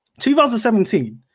2017